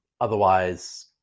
Otherwise